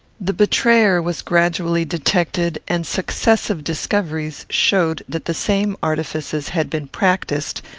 the betrayer was gradually detected, and successive discoveries showed that the same artifices had been practised,